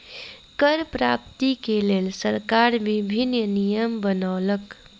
कर प्राप्ति के लेल सरकार विभिन्न नियम बनौलक